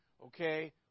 Okay